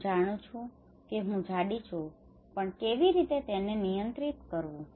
હું જાણું છું કે હું જાડી છું પણ તેને કેવી રીતે નિયંત્રિત કરવું